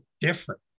different